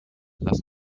lass